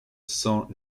san